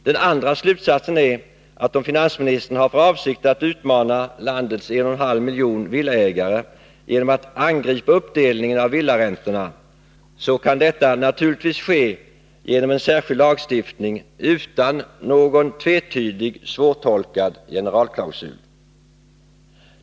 Den andra slutsatsen är, att om finansministern har för avsikt att utmana landets en och en halv miljon villaägare genom att angripa uppdelningen av villaräntorna, kan detta naturligtvis ske genom en särskild lagstiftning utan någon tvetydig, svårtolkad generalklausul.